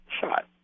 shot